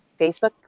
Facebook